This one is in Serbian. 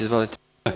Izvolite.